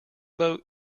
boat